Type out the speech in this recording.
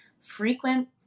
frequent